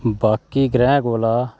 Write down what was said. बाकी ग्रैहं कोला